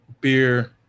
beer